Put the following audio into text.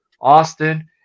Austin